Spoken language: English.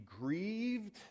grieved